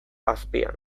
azpian